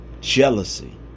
Jealousy